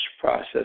process